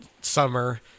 summer